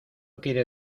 quiere